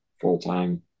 full-time